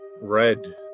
Red